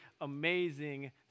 amazing